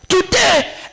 Today